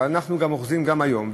אבל אנחנו אוחזים גם היום,